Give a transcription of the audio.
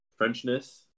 Frenchness